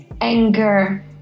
anger